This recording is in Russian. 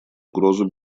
угрозу